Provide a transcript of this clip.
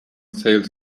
sales